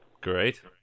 Great